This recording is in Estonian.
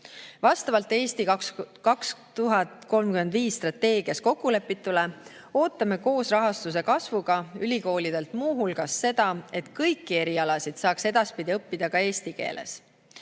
Vastavalt strateegias "Eesti 2035" kokkulepitule ootame koos rahastuse kasvuga ülikoolidelt muu hulgas seda, et kõiki erialasid saaks edaspidi õppida ka eesti keeles.